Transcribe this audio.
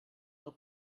del